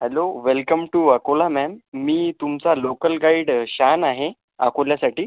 hello welcome to Akola ma'am मी तुमचा local guide Shaan आहे अकोल्यासाटी